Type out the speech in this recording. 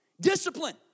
Discipline